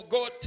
God